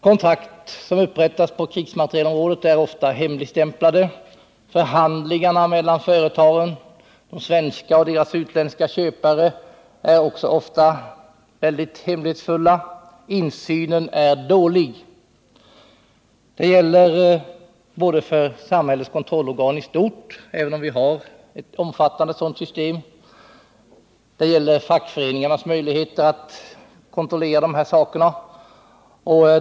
Kontrakt som upprättas på krigsmaterielområdet är ofta hemligstämplade. Förhandlingarna mellan de svenska företagen och deras utländska köpare är ofta också väldigt hemlighetsfulla. Insynen är dålig. Det gäller både för samhällets kontrollorgan i stort — även om vi har ett omfattande kontrollsystem — och för fackföreningarnas möjligheter att utöva kontroll.